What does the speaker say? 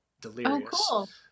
Delirious